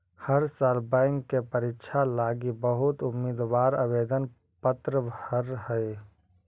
हर साल बैंक के परीक्षा लागी बहुत उम्मीदवार आवेदन पत्र भर हई